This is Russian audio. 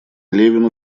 левину